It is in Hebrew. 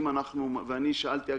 ואני שאלתי,